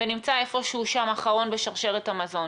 ונמצא איפשהו שם אחרון בשרשרת המזון.